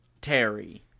Terry